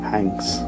Hanks